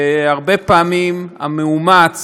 הרבה פעמים המאומץ